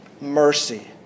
mercy